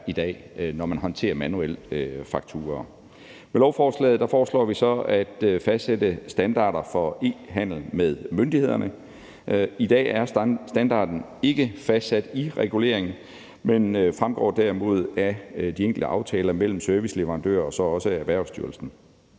i dag, når man håndterer manuelle fakturaer. Med lovforslaget foreslår vi så at fastsætte standarder for e-handel med myndighederne. I dag er standarden ikke fastsat i reguleringen, men fremgår derimod af de enkelte aftaler mellem serviceleverandører og Erhvervsstyrelsen.